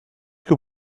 que